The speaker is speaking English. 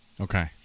Okay